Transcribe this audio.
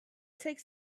takes